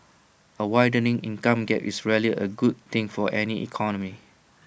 A widening income gap is rarely A good thing for any economy